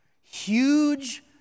huge